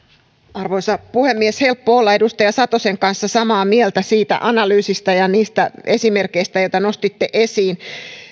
arvoisa puhemies on helppo olla edustaja satosen kanssa samaa mieltä siitä analyysistä ja niistä esimerkeistä joita nostitte esiin